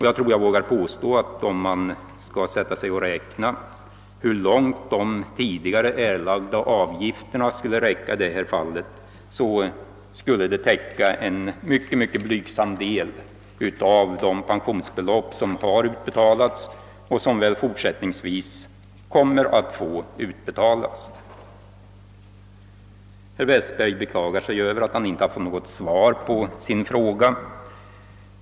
Jag tror jag vågar påstå att om man räknar efter hur långt de erlagda avgifterna skulle räcka i detta fall skall man finna att de täcker en mycket blygsam del av de pensionsbelopp som har utbetalats och fortsättningsvis kommer att utbetalas. Herr Westberg beklagade att han inte fått något svar på sin fråga.